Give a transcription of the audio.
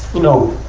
you know,